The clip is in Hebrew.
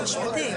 לעניין